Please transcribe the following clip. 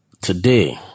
today